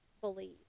believe